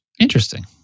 Interesting